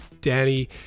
Danny